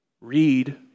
Read